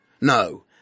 No